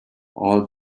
all